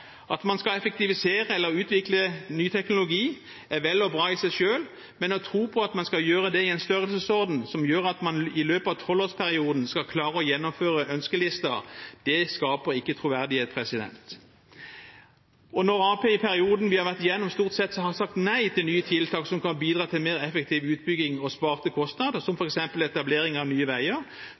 At man skal effektivisere eller utvikle ny teknologi, er vel og bra i seg selv, men å tro på at man skal gjøre det i en størrelsesorden som gjør at man i løpet av tolvårsperioden skal klare å gjennomføre ønskelisten, skaper ikke troverdighet. Og når Arbeiderpartiet i perioden vi har vært igjennom, stort sett har sagt nei til nye tiltak som kan bidra til mer effektiv utbygging og sparte kostnader, som f.eks. etablering av Nye Veier,